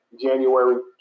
January